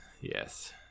yes